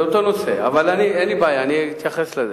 זה אותו נושא, אבל אין לי בעיה ואני אתייחס לזה.